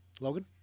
Logan